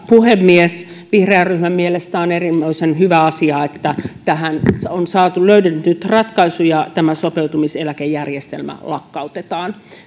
puhemies vihreän ryhmän mielestä on erinomaisen hyvä asia että tähän on löydetty nyt ratkaisu ja tämä sopeutumiseläkejärjestelmä lakkautetaan